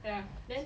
ya then